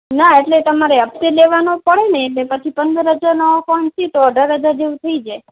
ના એટલે તમારે હપ્તે લેવાનો પડે ને એટલે પછી પંદર હજારનો ફોન સીધો અઢાર હજાર જેવું થઇ જાય